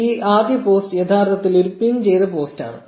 ഈ ആദ്യ പോസ്റ്റ് യഥാർത്ഥത്തിൽ ഒരു പിൻ ചെയ്ത പോസ്റ്റാണ്